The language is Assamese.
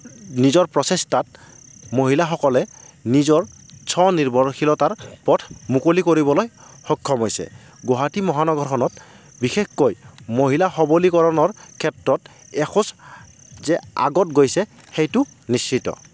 নিজৰ প্ৰচেষ্টাত মহিলাসকলে নিজৰ স্বনিৰ্ভৰশীলতাৰ পথ মুকলি কৰিবলৈ সক্ষম হৈছে গুৱাহাটী মহানগৰখনত বিশেষকৈ মহিলা সৱলীকৰণৰ ক্ষেত্ৰত এখোজ যে আগত গৈছে সেইটো নিশ্চিত